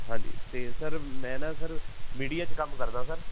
ਹਾਂਜੀ ਅਤੇ ਸਰ ਮੈਂ ਨਾ ਸਰ ਮੀਡੀਆ 'ਚ ਕੰਮ ਕਰਦਾ ਸਰ